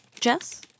Jess